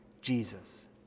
Jesus